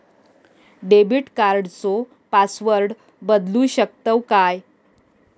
Debit कार्डचो password बदलु शकतव काय?